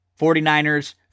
49ers